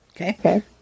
Okay